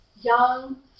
young